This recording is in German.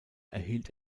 erhielt